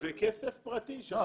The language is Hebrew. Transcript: וכסף פרטי ש --- לא,